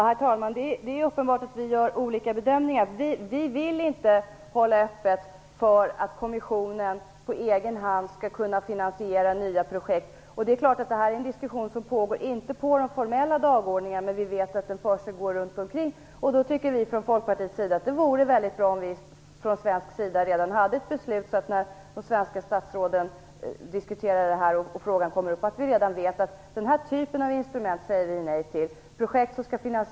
Herr talman! Det är uppenbart att vi gör olika bedömningar. Vi vill inte hålla öppet för att kommissionen på egen hand skall kunna finansiera nya projekt. Detta är en diskussion som pågår, inte på de formella dagordningarna, men vi vet att den pågår runt omkring. Då tycker vi i Folkpartiet att det vore mycket bra om vi i Sverige redan hade ett beslut så att de svenska statsråden vet att vi säger nej till den här typen av instrument när frågan kommer upp till diskussion.